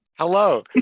Hello